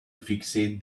fixate